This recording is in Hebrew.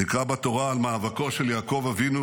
נקרא בתורה על מאבקו של יעקב אבינו